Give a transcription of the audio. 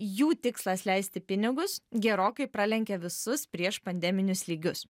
jų tikslas leisti pinigus gerokai pralenkia visus priešpandeminius lygius